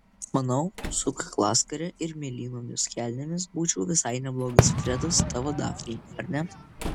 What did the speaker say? manau su kaklaskare ir mėlynomis kelnėmis būčiau visai neblogas fredas tavo dafnei ar ne